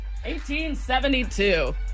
1872